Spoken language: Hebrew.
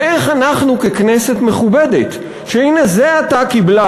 ואיך אנחנו ככנסת מכובדת שהנה זה עתה קיבלה